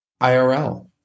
IRL